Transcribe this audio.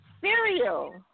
cereal